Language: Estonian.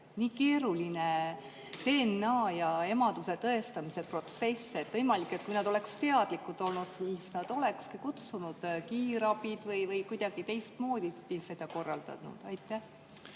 keeruline DNA-põhine emaduse tõestamise protsess? Võimalik, et kui nad oleksid teadlikud olnud, siis nad oleksid kutsunud kiirabi või kuidagi teistmoodi selle korraldanud. Aitäh,